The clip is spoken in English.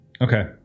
Okay